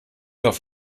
auf